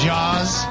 Jaws